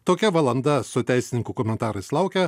tokia valanda su teisininkų komentarais laukia